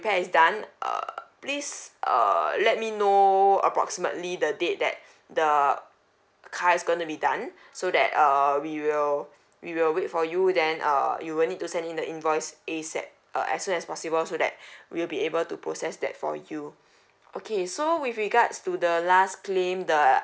that is done err please err let me know approximately the date that the car is going to be done so that uh we will we will wait for you then uh you will need to send in the invoice is A_S_A_P uh as soon as possible so that we'll be able to process that for you okay so with regards to the last claim the